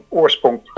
oorsprong